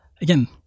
again